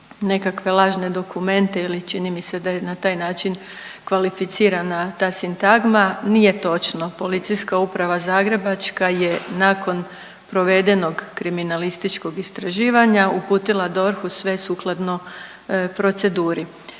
nekakve lažne dokumente ili čini mi se da je na taj način kvalificirana ta sintagma. Nije točno, Policijska uprava Zagrebačka je nakon provedenog kriminalističkog istraživanja uputila DORH-u sve sukladno proceduri.